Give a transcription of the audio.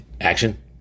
Action